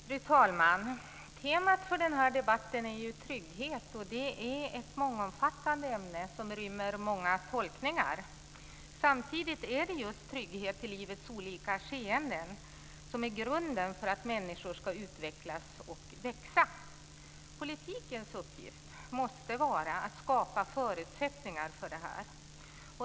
Fru talman! Temat för den här debatten är ju trygghet, och det är ett mångomfattande ämne, som rymmer många tolkningar. Samtidigt är det just trygghet i livets olika skeenden som är grunden för att människor ska utvecklas och växa. Politikens uppgift måste vara att skapa förutsättningar för detta.